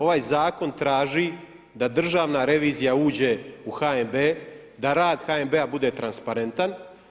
Ovaj zakon traži da Državna revizija uđe u HNB, da rad HNB-a bude transparentan.